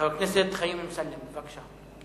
חבר הכנסת חיים אמסלם, בבקשה.